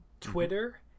twitter